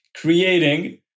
creating